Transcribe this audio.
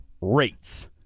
rates